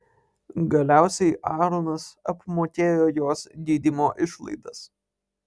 galiausiai aaronas apmokėjo jos gydymo išlaidas